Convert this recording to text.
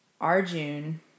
Arjun